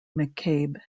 mccabe